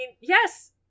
Yes